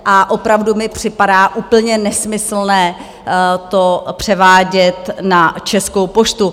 A opravdu mi připadá úplně nesmyslné to převádět na Českou poštu.